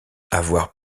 avoir